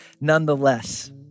nonetheless